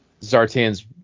Zartan's